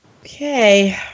Okay